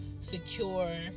secure